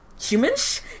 humans